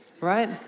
right